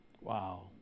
Wow